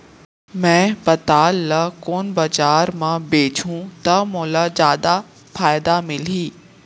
मैं पताल ल कोन बजार म बेचहुँ त मोला जादा फायदा मिलही?